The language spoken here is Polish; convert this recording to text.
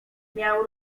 miał